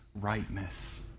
rightness